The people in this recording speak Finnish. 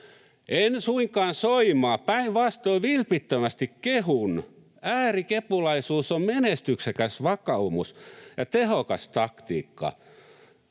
En suinkaan soimaa, vaan päinvastoin vilpittömästi kehun. Äärikepulaisuus on menestyksekäs vakaumus ja tehokas taktiikka.